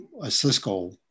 Cisco